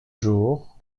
jours